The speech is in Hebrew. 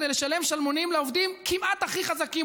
כדי לשלם שלמונים לעובדים כמעט הכי חזקים,